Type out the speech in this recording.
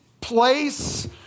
place